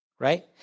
Right